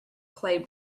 clay